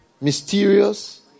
mysterious